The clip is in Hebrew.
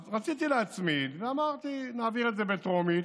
אז רציתי להצמיד ואמרתי: נעביר את זה בטרומית